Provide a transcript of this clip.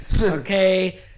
Okay